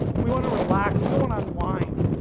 we want to relax, we want to unwind.